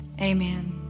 amen